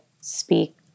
speak